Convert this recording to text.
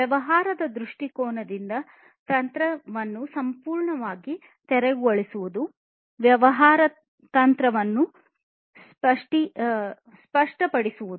ವ್ಯವಹಾರದ ದೃಷ್ಟಿಕೋನದಿಂದ ತಂತ್ರವನ್ನು ಸಂಪೂರ್ಣವಾಗಿ ತೆರವುಗೊಳಿಸುವುದು ಮತ್ತು ವ್ಯವಹಾರ ತಂತ್ರವನ್ನು ಸ್ಪಷ್ಟಪಡಿಸಬೇಕು